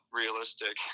realistic